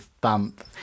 bump